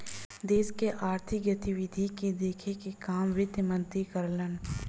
देश के आर्थिक गतिविधि के देखे क काम वित्त मंत्री करलन